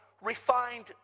refined